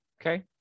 Okay